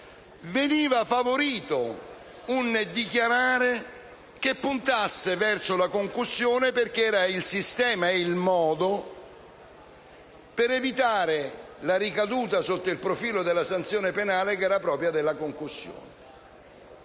veniva favorito un dichiarare che puntasse verso la concussione, perché era il sistema e il modo per evitare la ricaduta, sotto il profilo della sanzione penale, che era propria della concussione.